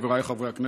חבריי חברי הכנסת,